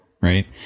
Right